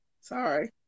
Sorry